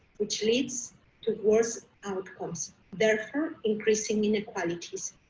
which leads to worse outcomes, therefore increasing inequalities.